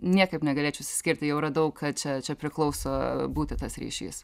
niekaip negalėčiau išsiskirti jau radau kad čia čia priklauso būti tas ryšys